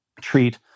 treat